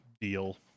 deal